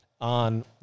on